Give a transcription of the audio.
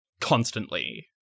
constantly